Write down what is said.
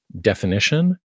definition